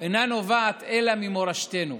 אינו נובע אלא ממורשתנו,